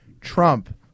Trump